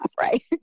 right